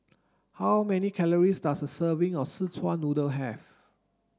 how many calories does a serving of szechuan noodle have